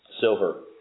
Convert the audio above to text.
silver